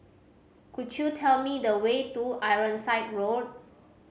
could you tell me the way to Ironside Road